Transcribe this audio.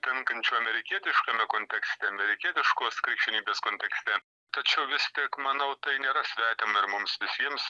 tinkančių amerikietiškame kontekste amerikietiškos krikščionybės kontekste tačiau vis tik manau tai nėra svetima ir mums visiems